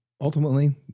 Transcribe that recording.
ultimately